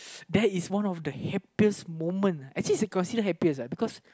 that is one of the happiest moment actually it's considered happiest uh because